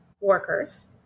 workers